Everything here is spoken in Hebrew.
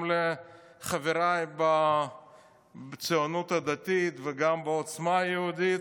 גם לחבריי בציונות הדתית וגם בעוצמה היהודית,